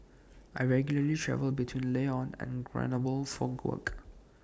I regularly travel between Lyon and Grenoble for work